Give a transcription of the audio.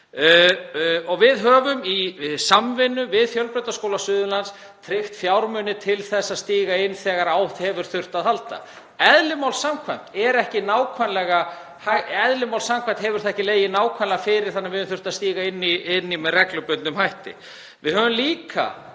að Reykjum. Í samvinnu við Fjölbrautaskóla Suðurlands höfum við tryggt fjármuni til að stíga inn þegar á hefur þurft að halda. Eðli máls samkvæmt hefur það ekki legið nákvæmlega fyrir þannig að við höfum þurft að stíga inn í með reglubundnum hætti. Við höfum líka